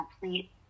complete